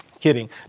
Kidding